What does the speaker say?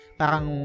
parang